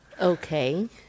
Okay